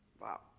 Wow